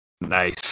nice